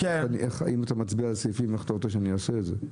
אם אתה מצביע על סעיפים איך אתה רוצה שנעשה את זה?